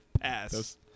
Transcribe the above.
pass